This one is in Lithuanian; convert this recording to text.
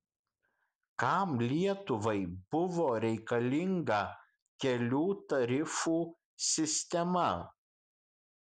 kam lietuvai buvo reikalinga kelių tarifų sistema